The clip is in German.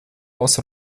aus